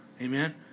Amen